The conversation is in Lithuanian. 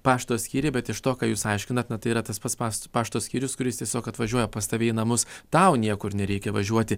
pašto skyriai bet iš to ką jūs aiškinat tai yra tas pats pašto pašto skyrius kuris tiesiog atvažiuoja pas tave į namus tau niekur nereikia važiuoti